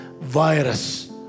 virus